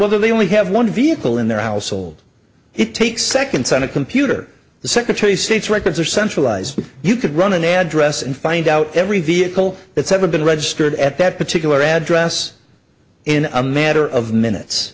whether they only have one vehicle in their household it takes seconds on a computer the secretary state's records are centralized you could run an address and find out every vehicle that seven registered at that particular address in a matter of minutes